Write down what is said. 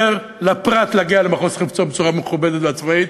לאפשר לפרט להגיע למחוז חפצו בצורה מכובדת ועצמאית,